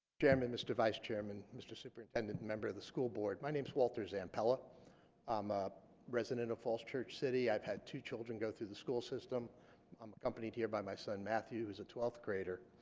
chairman mr. vice chairman mr. superintendent members of the school board my name is walter zampella i'm a resident of falls church city i've had two children go through the school system i'm accompanied here by my son matthew who is a twelfth grader